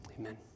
Amen